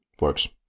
Works